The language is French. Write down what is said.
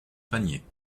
panier